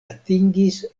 atingis